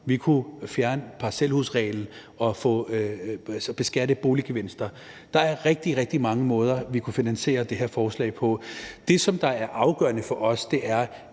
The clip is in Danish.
vi kunne fjerne parcelhusreglen og beskatte boliggevinster. Der er rigtig, rigtig mange måder, vi kunne finansiere det her forslag på. Det, som er afgørende for os, er,